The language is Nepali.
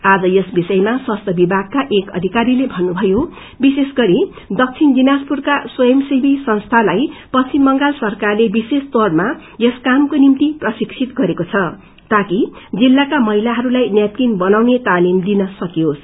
आज यस विषयमा स्वास्थ्य विभागका एक अधिकारीले भन्नुभयो विशेषगरी दक्षिण दिनाजपुरमा स्वंयसेवी संस्थालाई पश्चिम बंगाल सरकारले विशेष तौरमा यसको निम्ति प्रशिक्षित गरेको छ ताकि जिल्लाका महिलाहरूलाई नैपकिन बनाउने तालिम दिन सक्षम होस